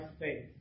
faith